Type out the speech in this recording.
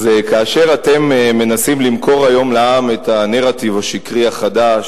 אז כאשר אתם מנסים למכור היום לעם את הנרטיב השקרי החדש,